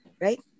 right